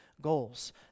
goals